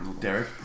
Derek